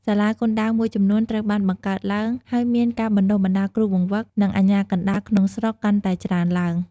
សាលាគុនដាវមួយចំនួនត្រូវបានបង្កើតឡើង ហើយមានការបណ្តុះបណ្តាលគ្រូបង្វឹក និងអាជ្ញាកណ្តាលក្នុងស្រុកកាន់តែច្រើនឡើង។